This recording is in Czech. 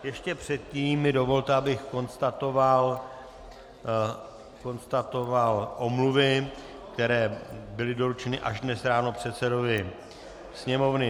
Ještě předtím mi dovolte, abych konstatoval omluvy, které byly doručeny až dnes ráno předsedovi Sněmovny.